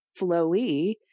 flowy